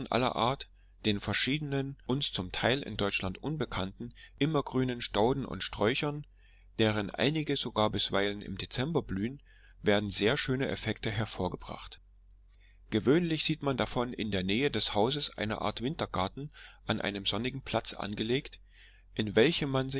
aller art den verschiedenen uns zum teil in deutschland unbekannten immergrünen stauden und sträuchern deren einige sogar bisweilen im dezember blühen werden sehr schöne effekte hervorgebracht gewöhnlich sieht man davon in der nähe des hauses eine art wintergarten an einem sonnigen platz angelegt in welchem man